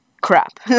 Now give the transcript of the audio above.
crap